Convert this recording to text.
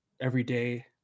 everyday